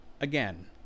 again